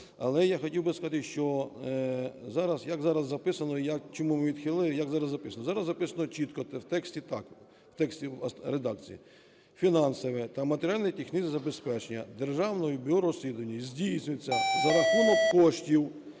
Але я хотів би сказати, як зараз записано, чому відхилили, як зараз записано. Зараз записано чітко, в тексті так, в тексті редакції : "Фінансове та матеріально-технічне забезпечення Державного бюро розслідувань здійснюється за рахунок коштів